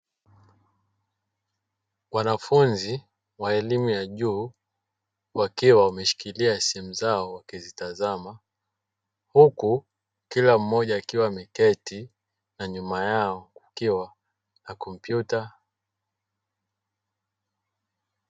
Wanafunzi wa elimu ya juu wakiwa wameshikilia simu zao wakizitazama huku kila mmoja akiwa ameketi na nyuma yao kukiwa na tarakirishi.